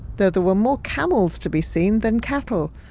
though there were more camels to be seen than cattle.